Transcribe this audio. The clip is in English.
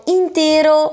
intero